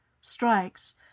strikes